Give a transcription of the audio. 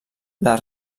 les